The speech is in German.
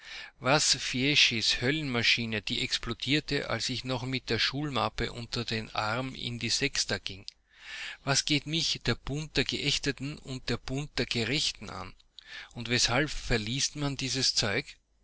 was fieschis höllenmaschine die explodierte als ich noch mit der schulmappe unter dem arme in die sexta ging was geht mich der bund der geächteten und der bund der gerechten an und weshalb verliest man dieses zeug